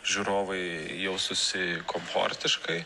žiūrovai jaustųsi komfortiškai